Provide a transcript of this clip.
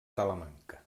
talamanca